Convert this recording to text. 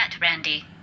Randy